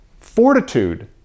fortitude